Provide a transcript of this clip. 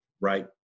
right